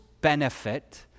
benefit